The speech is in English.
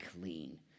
clean